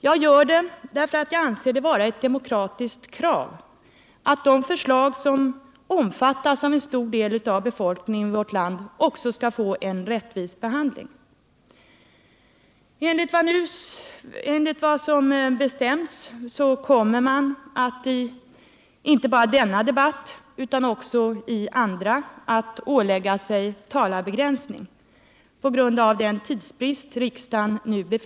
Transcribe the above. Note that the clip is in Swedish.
Jag gör det därför att jag anser det vara ett demokratiskt krav att de förslag som omfattas av en stor del av befolkningen i vårt land också skall få en rättvis behandling. Enligt vad som bestämts kommer man inte bara i denna debatt utan också i andra att ålägga sig talarbegränsning på grund av den tidsbrist som riksdagen nu har.